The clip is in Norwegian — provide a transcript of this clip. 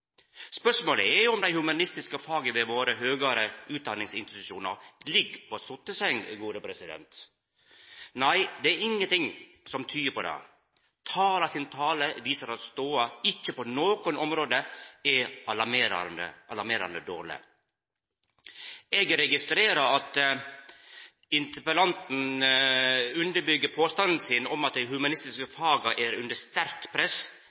Spørsmålet er om dei humanistiske faga ved våre høgare utdanningsinstitusjonar ligg på sotteseng. Nei, det er ingenting som tyder på det. Tala sin tale viser at stoda ikkje på noko område er alarmerande dårleg. Eg registrerer at interpellanten underbyggjer påstanden sin om at dei humanistiske faga er under sterkt press,